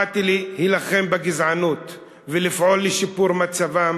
באתי להילחם בגזענות ולפעול לשיפור מצבן